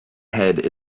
head